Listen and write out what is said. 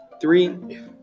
three